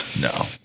No